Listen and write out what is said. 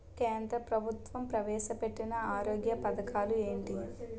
కేంద్ర ప్రభుత్వం ప్రవేశ పెట్టిన ఆరోగ్య పథకాలు ఎంటి?